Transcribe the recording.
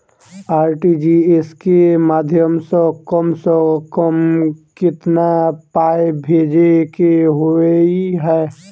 RTGS केँ माध्यम सँ कम सऽ कम केतना पाय भेजे केँ होइ हय?